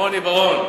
מר רוני בר-און,